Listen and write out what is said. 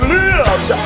lives